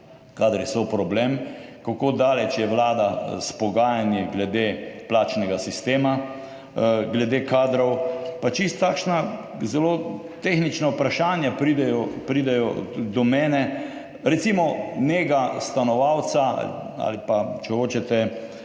kadri so problem: Kako daleč je vlada s pogajanji glede plačnega sistema, glede kadrov? Pa čisto takšna zelo tehnična vprašanja pridejo tudi do mene, recimo, nega stanovalca ali pa, če hočete,